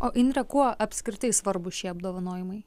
o indre kuo apskritai svarbūs šie apdovanojimai